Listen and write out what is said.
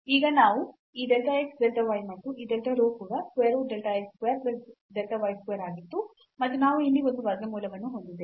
ನಾವು ಈಗ ಈ delta x delta y ಮತ್ತು ಈ delta rho ಕೂಡ square root delta x square plus delta y square ಆಗಿತ್ತು ಮತ್ತು ನಾವು ಇಲ್ಲಿ ಒಂದು ವರ್ಗಮೂಲವನ್ನು ಹೊಂದಿದ್ದೇವೆ